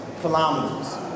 kilometers